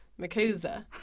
Makusa